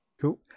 cool